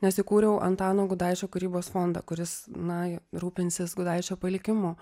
nes įkūriau antano gudaičio kūrybos fondą kuris na rūpinsis gudaičio palikimu